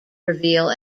reveal